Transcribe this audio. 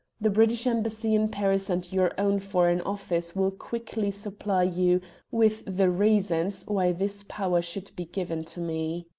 the british embassy in paris and your own foreign office will quickly supply you with the reasons why this power should be given to me.